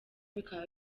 bikaba